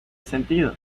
sentido